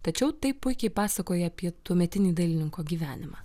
tačiau tai puikiai pasakoja apie tuometinį dailininko gyvenimą